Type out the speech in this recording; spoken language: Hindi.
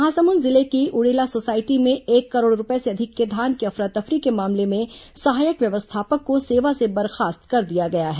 महासमुंद जिले की उड़ेला सोसायटी में एक करोड़ रूपये से अधिक के धान की अफरा तफरी के मामले में सहायक व्यवस्थापक को सेवा से बर्खास्त कर दिया गया है